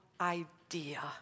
idea